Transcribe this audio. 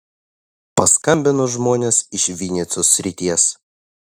paskambino žmonės iš vinycios srities